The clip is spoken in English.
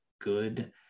good